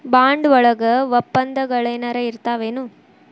Bond ವಳಗ ವಪ್ಪಂದಗಳೆನರ ಇರ್ತಾವೆನು?